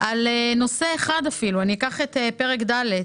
על נושא אחד ואני אקח את פרק ד',